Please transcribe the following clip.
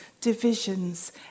divisions